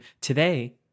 today